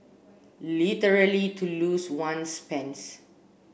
literally to lose one's pants